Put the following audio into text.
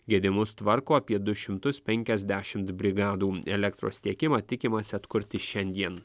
gedimus tvarko apie du šimtus penkiasdešimt brigadų elektros tiekimą tikimasi atkurti šiandien